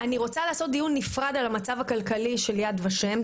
אני רוצה לעשות דיון נפרד על המצב הכלכלי של יד ושם,